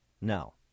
No